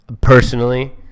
personally